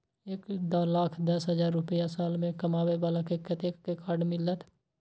एक लाख दस हजार रुपया साल में कमाबै बाला के कतेक के कार्ड मिलत?